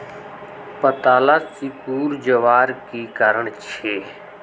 पत्ताला सिकुरे जवार की कारण छे?